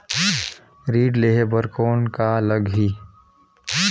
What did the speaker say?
ऋण लेहे बर कौन का लगही?